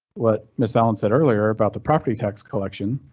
what ms allan said earlier about the property tax collection